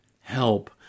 help